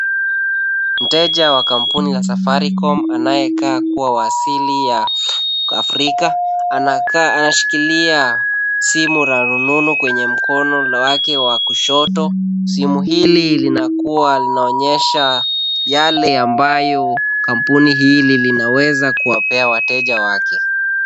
Mteja wa kampuni ya safaricom anayekaa kuwa wa asili ya Afrika, anashikilia simu la rununu kwenye mkono wake wa kushoto, simu hili linakua linaonyesha yale ambayo kampuni hili linaweza kuwapea wateja wake.